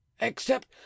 Except